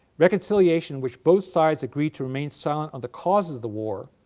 reconciliation which both sides agreed to remain silent on the causes of the war,